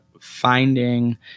finding